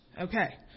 Okay